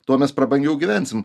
tuo mes prabangiau gyvensim